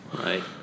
Right